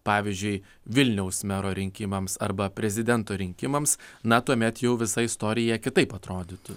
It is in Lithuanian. pavyzdžiui vilniaus mero rinkimams arba prezidento rinkimams na tuomet jau visa istorija kitaip atrodytų